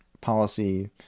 policy